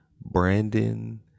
Brandon